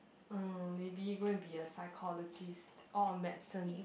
uh maybe go and be a psychologist or uh medicine